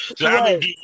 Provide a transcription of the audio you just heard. Right